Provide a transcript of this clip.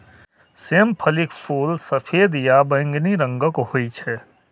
सेम फलीक फूल सफेद या बैंगनी रंगक होइ छै